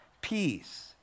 peace